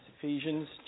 Ephesians